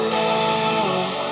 love